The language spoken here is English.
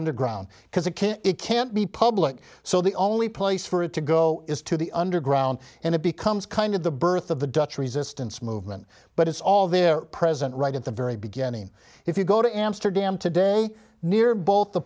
underground because it can't it can't be public so the only place for it to go is to the underground and it becomes kind of the birth of the dutch resistance movement but it's all there present right at the very beginning if you go to amsterdam today near both the